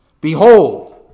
Behold